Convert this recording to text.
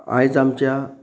आयज आमच्या